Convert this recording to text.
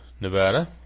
Nevada